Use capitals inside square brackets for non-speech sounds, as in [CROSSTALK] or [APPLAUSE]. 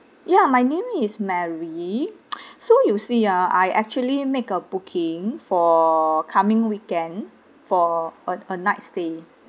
ya my name is mary [NOISE] so you see ah I actually make a booking for coming weekend for a a night's stay